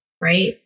Right